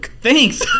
thanks